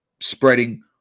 spreading